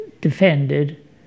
defended